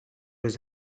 his